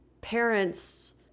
parents